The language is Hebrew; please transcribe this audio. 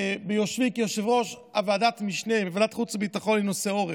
ביושבי כיושב-ראש ועדת משנה בוועדת חוץ וביטחון לנושא העורף,